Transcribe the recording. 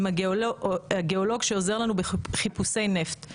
עם הגאולוג שעוזר לנו בחיפושי נפט.